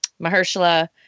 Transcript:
Mahershala